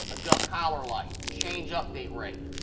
adjust collar light, change update rate,